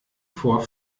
vor